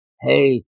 Hey